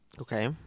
Okay